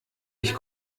ich